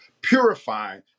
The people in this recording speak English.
purify